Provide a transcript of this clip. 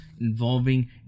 involving